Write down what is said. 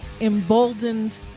emboldened